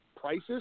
prices